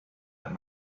and